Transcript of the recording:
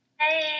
Hey